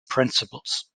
principles